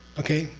okay,